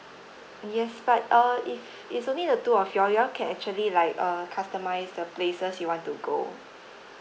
yes but uh if it's only the two of you you can actually like uh customize the places you want to go